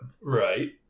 Right